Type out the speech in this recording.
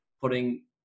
putting